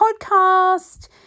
podcast